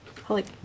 Holy